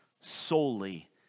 solely